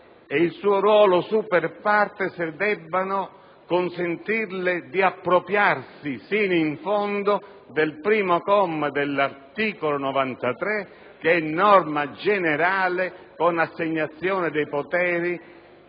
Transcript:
e il suo ruolo *super* *partes* debbano consentirle di appropriarsi sino in fondo del comma 1 dell'articolo 93, che è norma generale, con l'assegnazione dei poteri